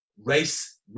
race